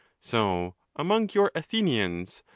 so among your athenians,